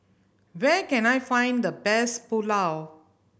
where can I find the best Pulao